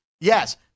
Yes